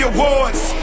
Awards